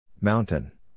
Mountain